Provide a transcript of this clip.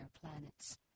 planets